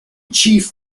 chief